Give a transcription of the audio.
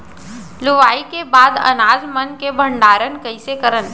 लुवाई के बाद अनाज मन के भंडारण कईसे करन?